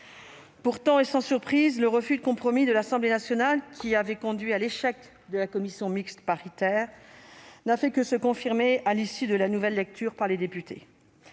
Pourtant, sans surprise, le refus de tout compromis de l'Assemblée nationale, qui avait conduit à l'échec de la commission mixte paritaire, n'a fait que se confirmer à l'issue de la nouvelle lecture par les députés.